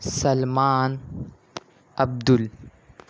Salman Abdul